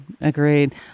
Agreed